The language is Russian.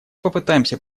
попытаемся